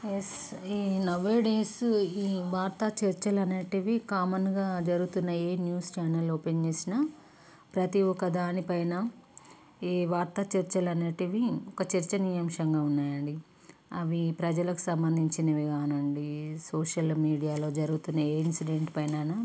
yes ఈ nowadays ఈ వార్తా చర్చలనేటివి కామన్గా జరుగుతున్నాయి ఏ న్యూస్ ఛానెల్ ఓపెన్ చేసినా ప్రతీ ఒక దానిపైన ఈ వార్త చర్చలనేటివి ఒక చర్చనీయాంశంగా ఉన్నాయండీ అవీ ప్రజలకి సంబంధించినవి కానీయండీ సోషల్ మీడియాలో జరుగుతున్నఏ ఇన్సెడెంట్ పైన అయినా